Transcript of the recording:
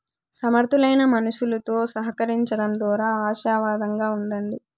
సమర్థులైన మనుసులుతో సహకరించడం దోరా ఆశావాదంగా ఉండండి